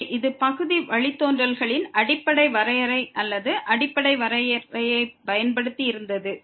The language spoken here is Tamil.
எனவே இது பகுதி வழித்தோன்றல்களின் அடிப்படை வரையறை அல்லது அடிப்படை வரையறையைப் பயன்படுத்தி இருந்தது